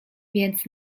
więc